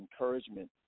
encouragement